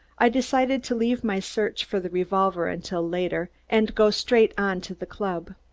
i decided to leave my search for the revolver until later and go straight on to the club.